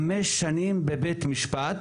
חמש שנים בבית משפט.